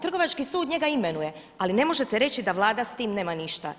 Trgovački sud njega imenuje, ali ne možete reći da Vlada s tim nema ništa.